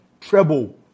treble